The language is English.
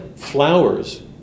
flowers